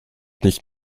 nicht